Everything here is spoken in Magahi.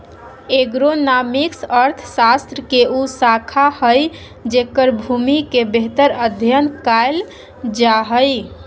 एग्रोनॉमिक्स अर्थशास्त्र के उ शाखा हइ जेकर भूमि के बेहतर अध्यन कायल जा हइ